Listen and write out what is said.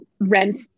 rent